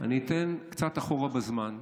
אני אתן קצת אחורה בזמן.